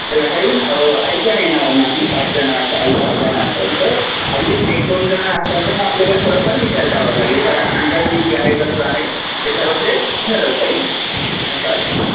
त्याला काही अडचण येणार नाही पाच जणं असाल दहा जणं असाल तर अगदीच एक दोन जणं असाल तर मग आपल्याला थोडंफार विचार करावा लागेल कारण अंतर किती आहे कसं आहे त्याच्यावर ते ठरवता येईल असा आहे